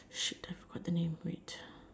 shit I forgot the name wait